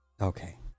Okay